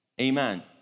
amen